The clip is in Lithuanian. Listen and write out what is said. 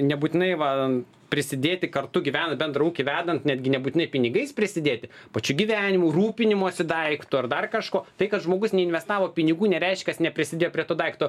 nebūtinai va prisidėti kartu gyvenant bendrą ūkį vedant netgi nebūtinai pinigais prisidėti pačiu gyvenimu rūpinimosi daiktu ar dar kažkuo tai kad žmogus neinvestavo pinigų nereiškias neprisidėjo prie to daikto